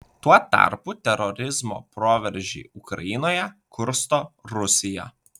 tuo tarpu terorizmo proveržį ukrainoje kursto rusija